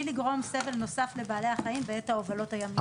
לגרום סבל נוסף לבעלי החיים בעת ההובלות הימיות.